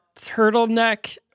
turtleneck